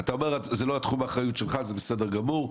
אתה אומר שזה לא תחום האחריות שלך וזה בסדר גמור,